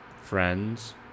Friends